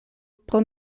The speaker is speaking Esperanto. pro